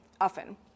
often